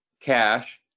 cash